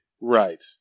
Right